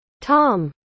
Tom